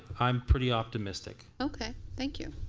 i am pretty optimistic. okay thank you.